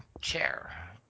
chair